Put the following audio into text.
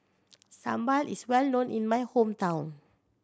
sambal is well known in my hometown